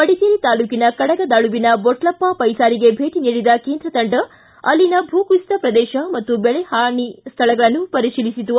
ಮಡಿಕೇರಿ ತಾಲೂಕಿನ ಕಡಗದಾಳುವಿನ ದೊಟ್ಲಪ್ಪ ಪೈಸಾರಿಗೆ ಭೇಟ ನೀಡಿದ ಕೇಂದ್ರ ತಂಡ ಅಲ್ಲಿನ ಭೂಕುಸಿತ ಪ್ರದೇಶ ಮತ್ತು ಬೆಳೆಹಾನಿ ಸ್ಥಳಗಳನ್ನು ಪರಿಶೀಲಿಸಿತು